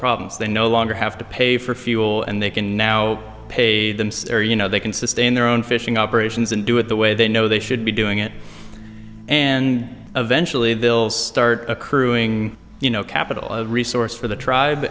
problems they no longer have to pay for fuel and they can now pay them stare you know they can sustain their own fishing operations and do it the way they know they should be doing it and eventually bills start accruing you know capital resource for the